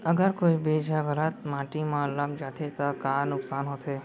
अगर कोई बीज ह गलत माटी म लग जाथे त का नुकसान होथे?